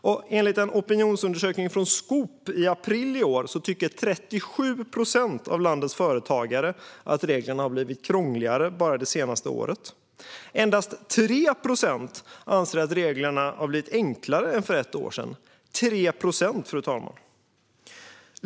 Och enligt en opinionsundersökning från Skop från april i år tycker 37 procent av landets företagare att reglerna har blivit krångligare bara det senaste året. Endast 3 procent anser att reglerna har blivit enklare än för ett år sedan - 3 procent, fru talman!